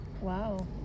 Wow